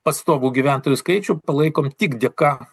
pastovų gyventojų skaičių palaikom tik dėka